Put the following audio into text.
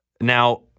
Now